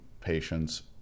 patients